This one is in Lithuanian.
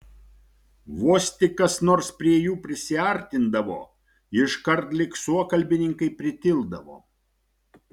vos tik kas nors prie jų prisiartindavo iškart lyg suokalbininkai pritildavo